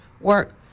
work